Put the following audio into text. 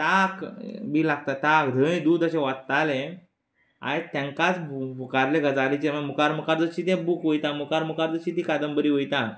बी लागता जंय दूद अशें ओत्तालें आयज तेंकांच मुखारल्या गजालींचें मुखार मुखार जशें बुक वयता मुखार मुखार जशी ती कादंबरी वयता